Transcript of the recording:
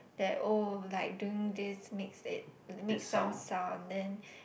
that oh like doing this makes it make some sound then